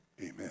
Amen